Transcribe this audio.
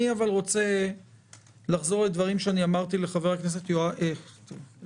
אני רוצה לחזור לדברים שאמרתי לעו"ד